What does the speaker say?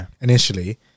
initially